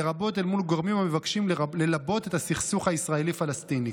לרבות אל מול גורמים המבקשים ללבות את הסכסוך הישראלי פלסטיני.